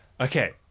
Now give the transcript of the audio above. Okay